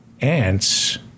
ants